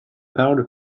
powder